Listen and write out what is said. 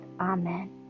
Amen